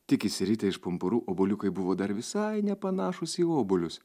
tik išsiritę iš pumpurų obuoliukai buvo dar visai nepanašūs į obuolius